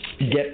get